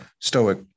stoic